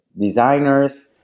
designers